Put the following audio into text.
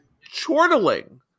chortling